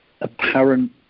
apparent